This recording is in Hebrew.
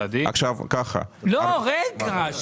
כן, ארבעה צעדים.